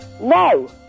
No